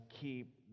keep